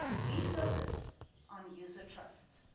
we focus on user trust.